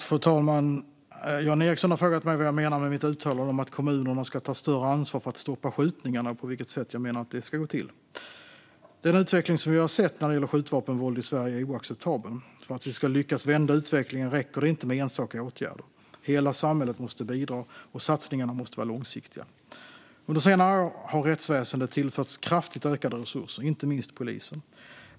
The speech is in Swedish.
Fru talman! Jan Ericson har frågat mig vad jag menar med mitt uttalande om att kommunerna ska ta större ansvar för att stoppa skjutningarna och på vilket sätt jag menar att det ska gå till. Den utveckling som vi har sett när det gäller skjutvapenvåld i Sverige är oacceptabel. För att vi ska lyckas vända utvecklingen räcker det inte med enstaka åtgärder. Hela samhället måste bidra, och satsningarna måste vara långsiktiga. Under senare år har rättsväsendet tillförts kraftigt ökade resurser, inte minst polisen.